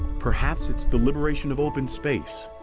perhaps it's the liberation of open space.